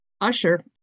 usher